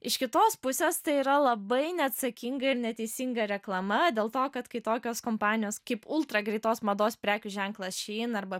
iš kitos pusės tai yra labai neatsakinga ir neteisinga reklama dėl to kad kai tokios kompanijos kaip ultra greitos mados prekių ženklas šyn arba